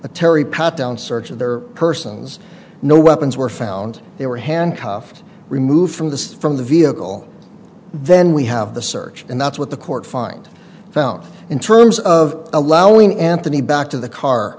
the terry pat down search of their persons no weapons were found they were handcuffed removed from the from the vehicle then we have the search and that's what the court find found in terms of allowing anthony back to the car